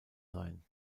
sein